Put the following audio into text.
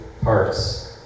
parts